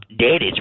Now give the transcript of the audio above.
Daddy's